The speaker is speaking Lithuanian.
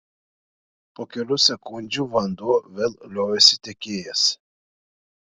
po kelių sekundžių vanduo vėl liovėsi tekėjęs